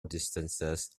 distances